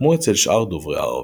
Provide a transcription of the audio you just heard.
כמו אצל שאר דוברי הערבית,